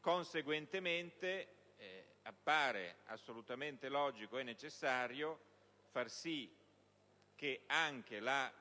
Conseguentemente appare assolutamente logico e necessario far sì che anche la